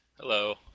Hello